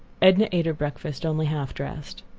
edna ate her breakfast only half dressed.